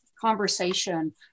conversation